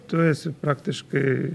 tu esi praktiškai